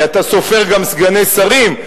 כי אתה סופר גם סגני שרים.